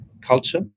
culture